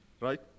Right